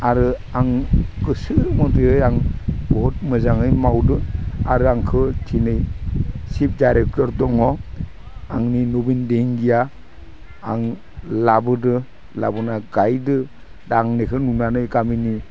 आरो आं गोसो मथै आं बुहुद मोजाङै मावदो आरो आंखो धिनै सिफ डाइरेक्टर दङ आंनि नबिन दिहिंगिया आं लाबोदो लाबोना गायदो दा आंनिखो नुनानै गामिनि